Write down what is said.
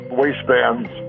waistbands